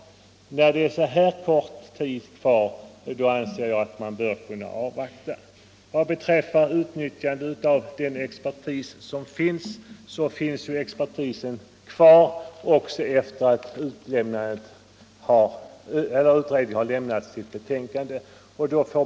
Men när det är så kort tid kvar som ett par månader bör vi kunna vänta. Vad beträffar utnyttjandet av den expertis som utredningen har till sitt förfogande finns den ju kvar också sedan utredningen har lämnat sitt betänkande.